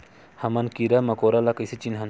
हमन कीरा मकोरा ला कइसे चिन्हन?